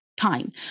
time